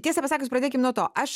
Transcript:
tiesą pasakius pradėkim nuo to aš